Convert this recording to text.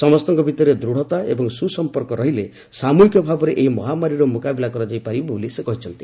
ସମସ୍ତଙ୍କ ଭିତରେ ଦୂଢ଼ତା ଏବଂ ସୁସମ୍ପର୍କ ରହିଲେ ସାମୁହିକ ଭାବରେ ଏହି ମହାମାରୀର ମୁକାବିଲା କରାଯାଇ ପାରିବ ବୋଲି ସେ କହିଛନ୍ତି